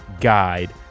guide